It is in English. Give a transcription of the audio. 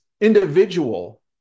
individual